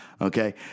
okay